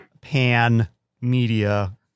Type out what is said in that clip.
pan-media